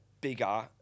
bigger